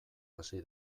hasi